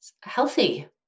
Healthy